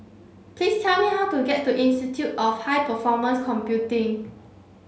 please tell me how to get to Institute of High Performance Computing